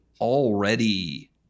already